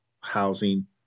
housing